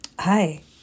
Hi